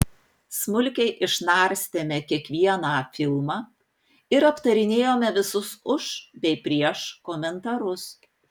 smulkiai išnarstėme kiekvieną filmą ir aptarinėjome visus už bei prieš komentarus